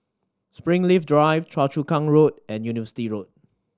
Springleaf Drive Choa Chu Kang Road and University Road